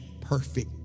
perfect